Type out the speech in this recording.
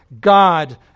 God